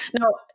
no